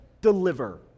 deliver